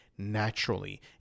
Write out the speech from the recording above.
naturally